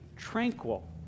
tranquil